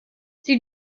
sie